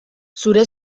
zure